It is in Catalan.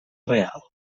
real